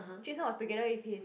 Jun Sheng was together with his